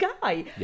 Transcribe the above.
guy